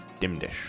Dimdish